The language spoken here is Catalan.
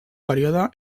període